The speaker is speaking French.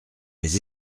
vais